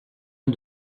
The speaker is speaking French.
uns